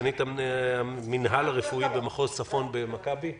סגנית המנהל הרפואי במחוז צפון בקופת חולים מכבי.